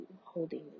holding